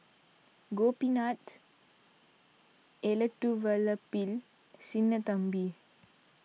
Gopinath Elattuvalapil Sinnathamby